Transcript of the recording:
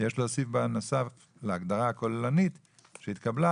יש להוסיף בנוסף להגדרה הכוללנית שהתקבלה